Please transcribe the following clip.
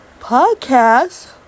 podcast